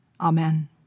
amen